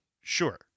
Sure